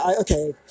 okay